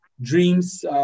dreams